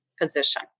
position